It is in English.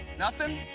and nothing?